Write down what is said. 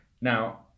Now